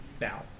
now